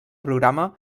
programa